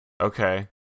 okay